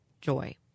joy